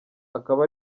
akaba